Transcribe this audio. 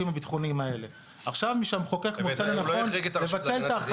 בענייני אירועים שקרו זה מקרוב מנגנון הציות הוא מנגנון חשוב,